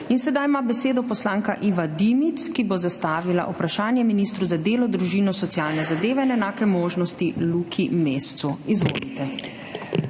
Zdaj ima besedo poslanka Iva Dimic, ki bo zastavila vprašanje ministru za delo, družino, socialne zadeve in enake možnosti Luki Mescu. Izvolite.